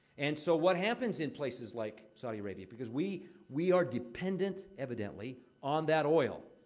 and so, what happens in places like saudi arabia? because we we are dependent, evidently, on that oil.